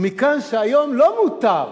ומכאן שהיום לא מותר,